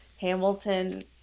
Hamilton